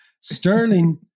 Sterling